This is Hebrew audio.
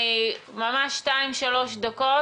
ממש שתיים-שלוש דקות,